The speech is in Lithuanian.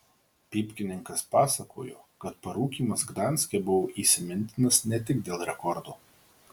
pypkininkas pasakojo kad parūkymas gdanske buvo įsimintinas ne tik dėl rekordo